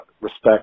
respect